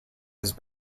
his